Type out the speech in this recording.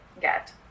get